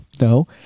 No